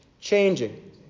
changing